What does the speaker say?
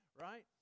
right